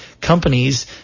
companies